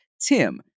Tim